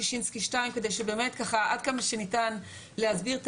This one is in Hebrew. שישינסקי 2 כדי שבאמת עד כמה שניתן להסביר את